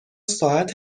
ساعت